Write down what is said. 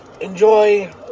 enjoy